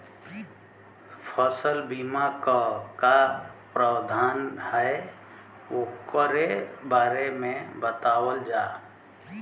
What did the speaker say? फसल बीमा क का प्रावधान हैं वोकरे बारे में बतावल जा?